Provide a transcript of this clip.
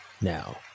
Now